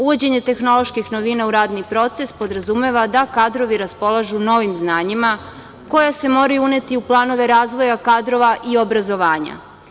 Uvođenjem tehnoloških novina u radni proces podrazumeva da kadrovi raspolažu novim znanjima koja se moraju uneti u planove razvoja kadrova i obrazovanja.